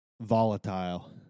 Volatile